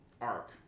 arc